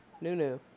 Nunu